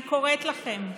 אני קוראת לכם: